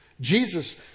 Jesus